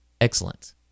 Excellent